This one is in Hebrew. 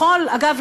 אגב,